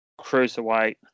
Cruiserweight